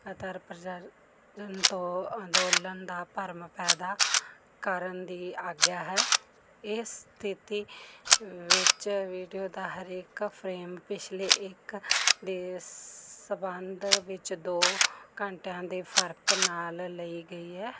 ਲਗਾਤਾਰ ਪਰਜ ਜਨ ਤੋਂ ਅੰਦੋਲਨ ਦਾ ਭਰਮ ਪੈਦਾ ਕਰਨ ਦੀ ਆਗਿਆ ਹੈ ਇਹ ਸਥਿਤੀ ਵਿੱਚ ਵੀਡੀਓ ਦਾ ਹਰੇਕ ਫਰੇਮ ਪਿਛਲੇ ਇੱਕ ਦੇ ਸੰਬੰਧ ਵਿੱਚ ਦੋ ਘੰਟਿਆਂ ਦੇ ਫਰਕ ਨਾਲ ਲਈ ਗਈ ਹੈ